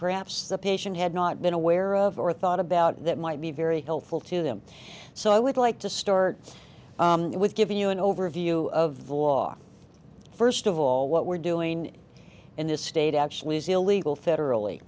perhaps the patient had not been aware of or thought about that might be very helpful to them so i would like to start with giving you an overview of the war first of all what we're doing in this state actually is illegal federally